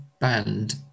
band